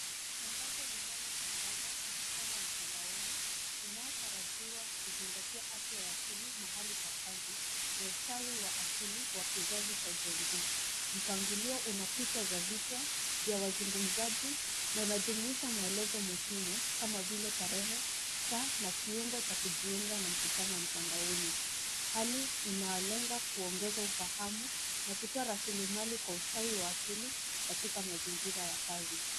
Tangazo linalotangaza mkutano wa mtandaoni unaotarajiwa kuzingatia afya ya akili mahali pa kazi, ustawi wa akili na kizazi cha Gen Z. Mpangilio una picha za vichwa ya wazungumzaji na unajumuisha maelezo muhimu kama vile tarehe, saa na kiungo cha kujiunga mkutano wa mtandaoni. Hali inalenga kuongeza ufahamu na kutoa rasilimali kwa usatwi wa akili katika mazingira ya kazi.